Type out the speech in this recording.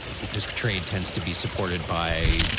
because trade tends to be supported by,